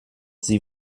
sie